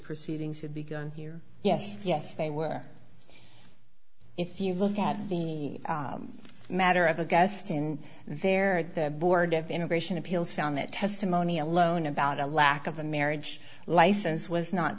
proceedings had begun here yes yes they were if you look at the matter of a guest in there at the board of immigration appeals found that testimony alone about a lack of a marriage license was not